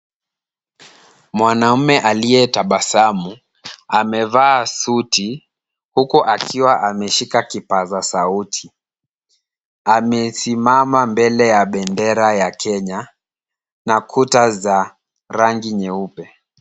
Mwanaume aliye tabasamu, amevaa suti, huku akiwa ameshika kipaza sauti. Amesimama mbele ya bendera ya Kenya, na kuta za rangi nyeupe.